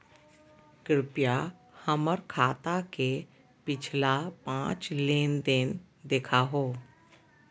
कृपया हमर खाता के पिछला पांच लेनदेन देखाहो